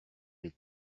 les